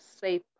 safe